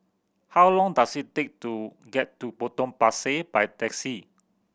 how long does it take to get to Potong Pasir by taxi